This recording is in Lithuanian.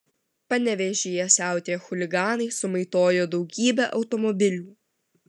panevėžyje siautėję chuliganai sumaitojo daugybę automobilių